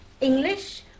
English